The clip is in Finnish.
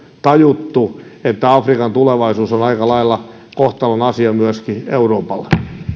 tajuttu että afrikan tulevaisuus on aika lailla kohtalon asia myöskin euroopalle